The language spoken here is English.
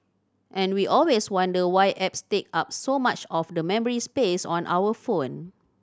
and we always wonder why apps take up so much of the memory space on our phone